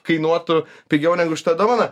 kainuotų pigiau negu šita dovana